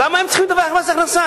למה הן צריכות לדווח למס הכנסה,